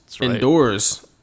indoors